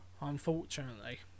unfortunately